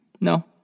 No